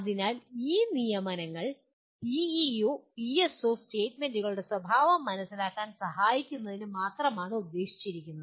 അതിനാൽ ഈ അഭ്യാസങ്ങൾ PEO PSO സ്റ്റേറ്റ്മെന്റുകളുടെ സ്വഭാവം മനസിലാക്കാൻ സഹായിക്കുന്നതിന് മാത്രമാണ് നിർദ്ദേശിച്ചിരിക്കുന്നത്